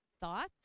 thoughts